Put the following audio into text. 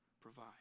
provide